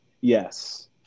Yes